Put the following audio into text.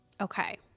Okay